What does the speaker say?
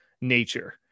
nature